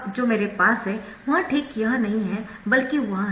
अब जो मेरे पास है वह ठीक यह नहीं है बल्कि वह है